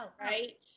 Right